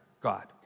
God